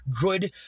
good